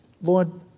Lord